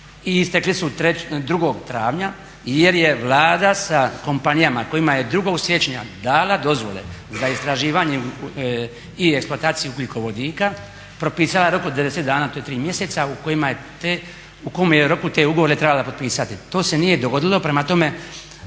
i istekli su 2.travnja jer je Vlada sa kompanijama kojima je 2.siječnja dala dozvole za istraživanje i eksploatacije ugljikovodika propisala rok od 90 dana, to je tri mjeseca u kome je roku te ugovore trebala potpisati. To se nije dogodilo. prema tome